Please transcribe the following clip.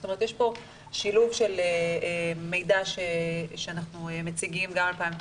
זאת אומרת יש פה שילוב של מידע שאנחנו מציגים עם על 2019